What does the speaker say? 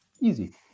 easy